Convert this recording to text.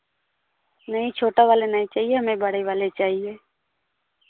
नहीं छोटा वाला नहीं चाहिए हमें बड़े वाले चाहिए